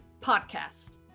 Podcast